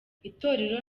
itorero